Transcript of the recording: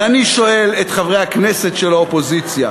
ואני שואל את חברי הכנסת של האופוזיציה: